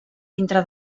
dintre